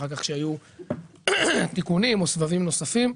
ואחר כך כשהיו תיקונים או סבבים נוספים.